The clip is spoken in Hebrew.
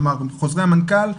כלומר חוזרי המנכ"ל,